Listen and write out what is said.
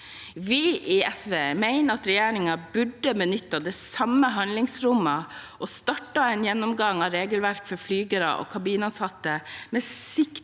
Vi i SV mener at regjeringen burde benytte det samme handlingsrommet og starte en gjennomgang av regelverket for flygere og kabinansatte, med sikte